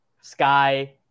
Sky